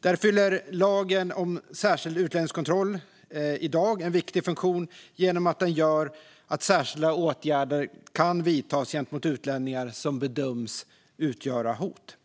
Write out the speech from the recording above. Där fyller lagen om särskild utlänningskontroll i dag en viktig funktion genom att den gör att särskilda åtgärder kan vidtas gentemot utlänningar som bedöms utgöra hot.